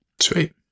Sweet